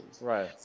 Right